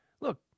look